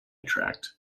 tracked